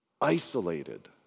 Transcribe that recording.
isolated